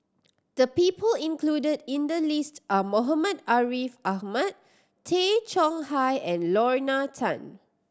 the people included in the list are Muhammad Ariff Ahmad Tay Chong Hai and Lorna Tan